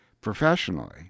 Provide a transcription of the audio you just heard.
professionally